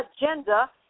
agenda